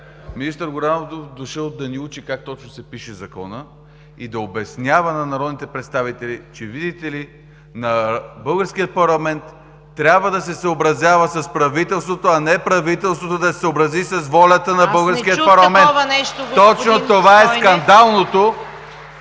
Министър Горанов бил дошъл да ни учи как точно се пише законът и да обяснява на народните представители, че, видите ли, българският парламент трябва да се съобразява с правителството, а не правителството да се съобрази с волята на българския парламент. (Ръкопляскания от